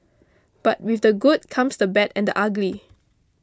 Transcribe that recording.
but with the good comes the bad and ugly